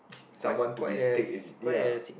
someone to be stick in ya